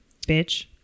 Bitch